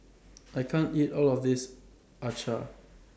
I can't eat All of This Acar